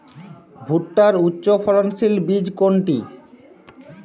ভূট্টার উচ্চফলনশীল বীজ কোনটি?